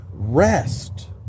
rest